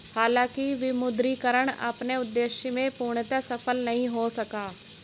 हालांकि विमुद्रीकरण अपने उद्देश्य में पूर्णतः सफल नहीं हो सका